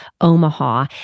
Omaha